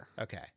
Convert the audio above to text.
Okay